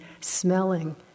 smelling